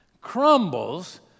crumbles